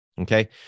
Okay